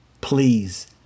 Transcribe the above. please